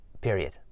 period